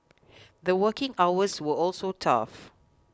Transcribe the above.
the working hours were also tough